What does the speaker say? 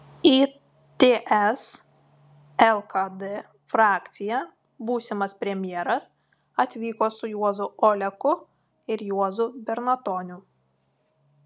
į ts lkd frakciją būsimas premjeras atvyko su juozu oleku ir juozu bernatoniu